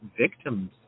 victims